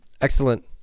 excellent